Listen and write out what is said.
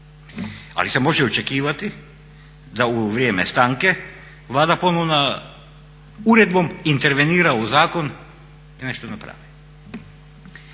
ali se može očekivati da u vrijeme stanke Vlada ponovno uredbom intervenira u zakon i nešto napravi.